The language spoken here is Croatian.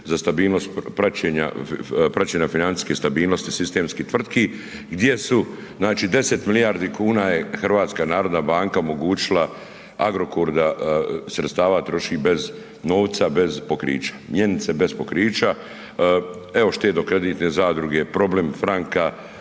za stabilnost praćenja, praćenja financijske stabilnosti sistemskih tvrtki gdje su znači 10 milijardi kuna je HNB omogućila Agrokoru da sredstava troši bez novca, bez pokrića, mjenice bez pokrića. Evo štedno kreditne zadruge, problem franka,